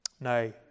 No